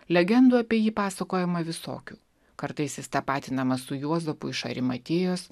legendų apie jį pasakojama visokių kartais jis tapatinamas su juozapu iš arimatėjos